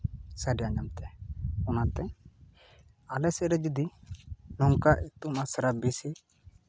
ᱥᱟᱰᱮ ᱟᱸᱡᱚᱢ ᱛᱮ ᱚᱱᱟᱛᱮ ᱟᱞᱮ ᱥᱮᱫ ᱨᱮ ᱡᱩᱫᱤ ᱱᱚᱝᱠᱟ ᱤᱛᱩᱱ ᱟᱥᱲᱟ ᱵᱮᱥᱤ